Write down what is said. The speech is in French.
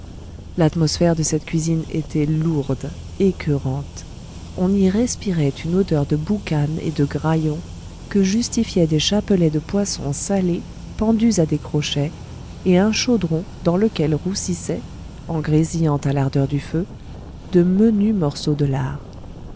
l'atmosphère de cette cuisine était lourde écoeurante on y respirait une odeur de boucane et de graillon que justifiaient des chapelets de poissons salés pendus à des crochets et un chaudron dans lequel roussissaient en grésillant à l'ardeur du feu de menus morceaux de lard